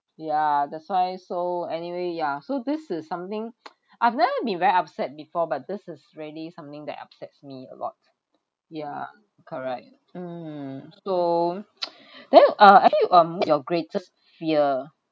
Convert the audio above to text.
ya that's why so anyway yeah so this is something I've never be very upset before but this is really something that upsets me a lot yeah correct mm to then uh actually um your greatest fear